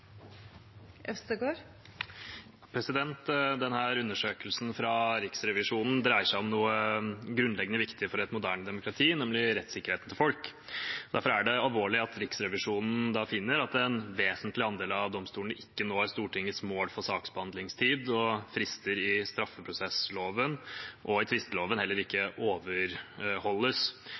undersøkelsen fra Riksrevisjonen dreier seg om noe grunnleggende viktig for et moderne demokrati, nemlig folks rettssikkerhet. Derfor er det alvorlig at Riksrevisjonen finner at en vesentlig andel av domstolene ikke når Stortingets mål for saksbehandlingstid, og at frister i straffeprosessloven og tvisteloven heller ikke overholdes.